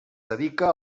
dedica